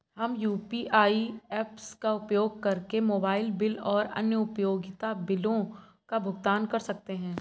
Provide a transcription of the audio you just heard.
हम UPI apps का उपयोग करके मोबाइल बिल और अन्य उपयोगिता बिलों का भुगतान कर सकते हैं